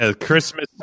Christmas